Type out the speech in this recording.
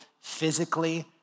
physically